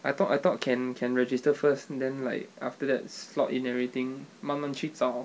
I thought I thought can can register first then like after that slot in everything 慢慢去找